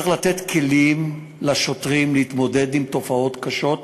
שצריך לתת כלים לשוטרים להתמודד עם תופעות קשות,